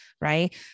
right